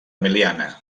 meliana